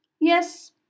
yes